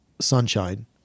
sunshine